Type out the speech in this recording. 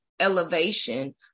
elevation